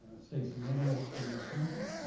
stacey manning, general counsel.